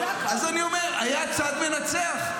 אז אני אומר, היה צד מנצח.